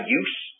use